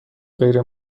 غیر